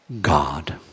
God